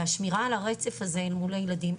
השמירה על הרצף הזה אל מול הילדים,